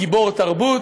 גיבור תרבות,